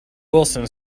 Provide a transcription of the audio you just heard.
wilson